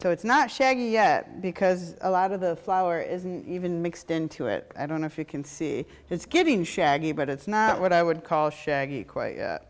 so it's not shaggy yet because a lot of the flower isn't even mixed into it i don't know if you can see it's getting shaggy but it's not what i would call shaggy quite y